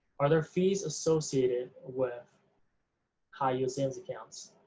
are there fees associated with high-yield savings accounts?